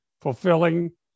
fulfilling